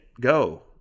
go